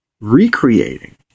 recreating